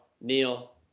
Neil